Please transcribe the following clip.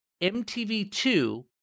MTV2